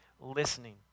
listening